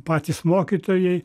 patys mokytojai